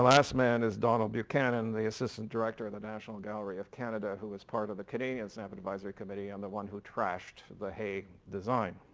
last man is donald buchanan the assistant director of the national gallery of canada who was part of the canadian and stamp advisory committee and the one who trashed the haye design.